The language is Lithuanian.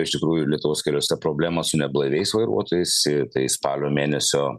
iš tikrųjų lietuvos keliuose problemos su neblaiviais vairuotojais tai spalio mėnesio